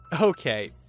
Okay